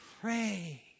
pray